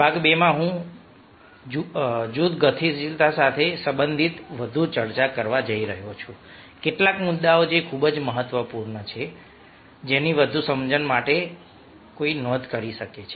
ભાગ 2 માં હું જૂથ ગતિશીલતા સાથે સંબંધિત વધુ ચર્ચા કરવા જઈ રહ્યો છું કેટલાક મુદ્દાઓ જે ખૂબ જ મહત્વપૂર્ણ છે જેની વધુ સમજણ માટે કોઈ નોંધ કરી શકે છે